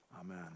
Amen